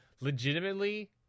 legitimately